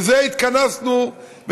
לזה התכנסנו,